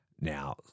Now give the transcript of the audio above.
Now